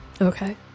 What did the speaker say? Okay